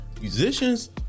Musicians